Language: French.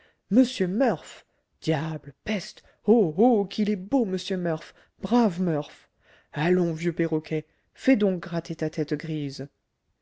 monsieur murph diable peste oh oh qu'il est beau monsieur murph brave murph allons vieux perroquet fais donc gratter ta tête grise